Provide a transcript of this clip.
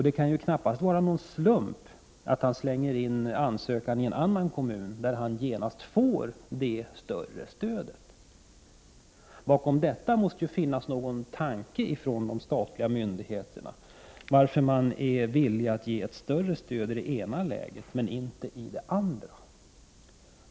Det kan knappast vara någon slump att ägaren lämnar in ansökan om stöd för etablering i en annan kommun, där staten genast beviljade ett större stöd. Det måste finnas någon tanke hos de statliga myndigheterna bakom det förhållandet att man är villig att ge större stöd i det ena läget, än i det andra.